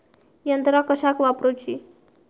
यंत्रा कशाक वापुरूची?